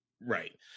right